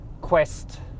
quest